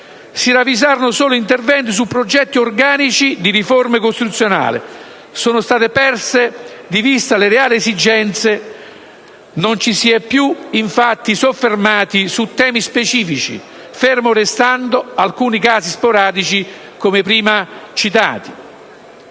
si ravvisano solo interventi su progetti organici di riforma costituzionale, ma sono state perse di vista le reali esigenze. Non ci si è più infatti soffermati su temi specifici, fermi restando alcuni casi sporadici prima citati: